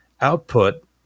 output